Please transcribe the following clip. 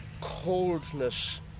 coldness